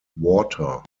water